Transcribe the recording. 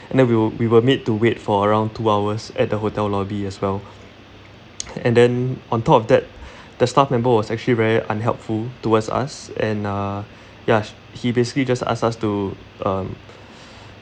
and then we were we were made to wait for around two hours at the hotel lobby as well and then on top of that the staff member was actually very unhelpful towards us and uh ya h~ he basically just asked us to um